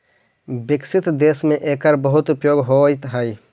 विकसित देश में एकर बहुत उपयोग होइत हई